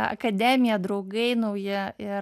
akademija draugai nauji ir